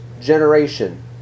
generation